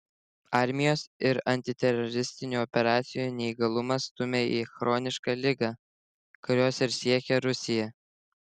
armijos ir antiteroristinių operacijų neįgalumas stumia į chronišką ligą kurios ir siekia rusija